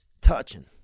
touching